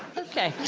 okay